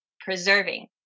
preserving